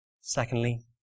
Secondly